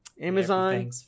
Amazon